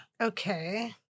Okay